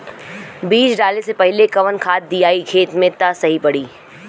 बीज डाले से पहिले कवन खाद्य दियायी खेत में त सही पड़ी?